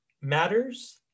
matters